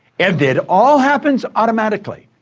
and it all happens automatically.